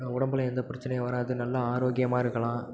நம்ம உடம்பில் எந்த பிரச்சினையும் வராது நல்லா ஆரோக்கியமாக இருக்கலாம்